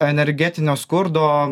energetinio skurdo